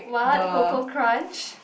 what Koko Krunch